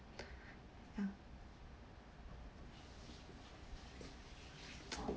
ya